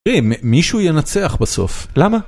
תראי, מישהו ינצח בסוף, למה?